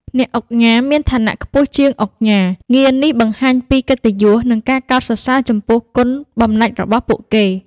អ្នកឧកញ៉ា មានឋានៈខ្ពស់ជាង ឧកញ៉ា ងារនេះបង្ហាញពីកិត្តិយស និងការកោតសរសើរចំពោះគុណបំណាច់របស់ពួកគេ។